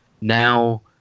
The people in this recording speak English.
now